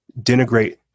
denigrate